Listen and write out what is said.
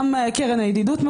גם קרן הידידות,